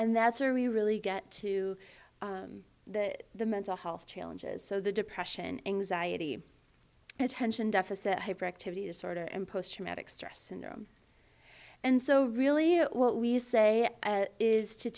and that's where we really get to the mental health challenges so the depression anxiety and attention deficit hyperactivity disorder and post traumatic stress syndrome and so really what we say is to